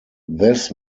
this